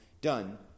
done